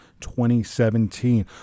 2017